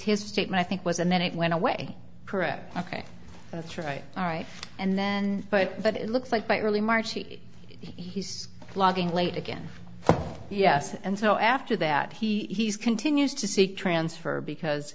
his statement i think was and then it went away correct ok that's right all right and then but but it looks like by early march he's blogging late again yes and so after that he's continues to seek transfer because